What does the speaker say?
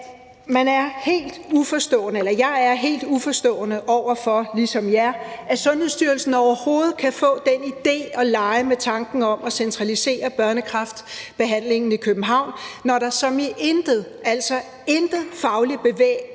I er helt uforstående over for, ligesom jeg, at Sundhedsstyrelsen overhovedet kan få den idé at lege med tanken om at centralisere børnekræftbehandlingen i København, når der intet – som i intet – fagligt belæg